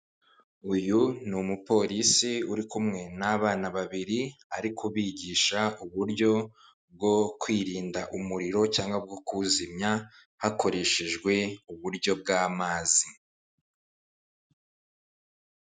Uyu ni umupolisi uri kumwe n'abana babiri, ari kubigisha uburyo bwo kwirinda umuriro cyangwa bwo kuwuzimya hakoreshejwe uburyo bw'amazi.